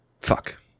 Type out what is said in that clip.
Fuck